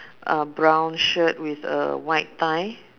uh brown shirt with a white tie